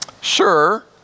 Sure